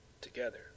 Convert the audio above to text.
together